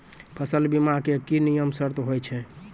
फसल बीमा के की नियम सर्त होय छै?